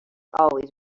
always